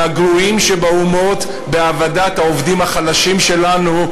מהגרועות שבאומות בהעבדת העובדים החלשים שלנו,